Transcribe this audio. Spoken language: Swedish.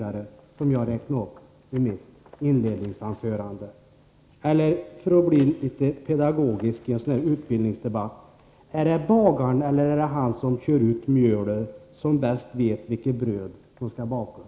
Jag får hänvisa till det som jag räknade upp i mitt inledningsanförande. Eller -— för att vara litet pedagogisk med tanke på att det är en utbildningsdebatt — är det bagaren eller han som kör ut mjölet som bäst vet vilket bröd som skall bakas?